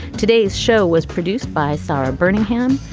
today's show was produced by sara bermingham.